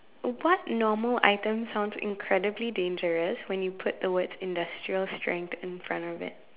what normal item sounds incredibly dangerous when you put the words industrial strength in front of it